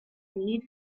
lead